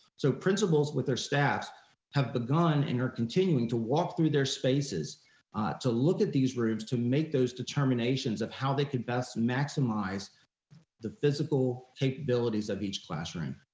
so principals with their staffs have the gun and are continuing to walk through their spaces to look at these rooms to make those determinations of how they can best maximize the physical capabilities of each classroom.